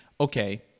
Okay